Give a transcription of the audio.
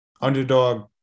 underdog